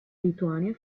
lituania